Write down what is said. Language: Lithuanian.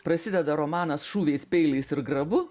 prasideda romanas šūviais peiliais ir grabu